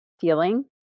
feeling